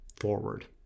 forward